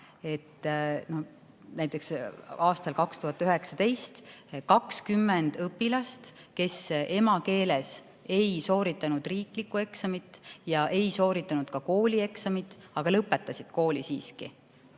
et näiteks aastal 2019 oli 20 õpilast, kes emakeeles ei sooritanud riiklikku eksamit ja ei sooritanud ka koolieksamit, aga nad lõpetasid siiski